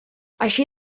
així